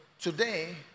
today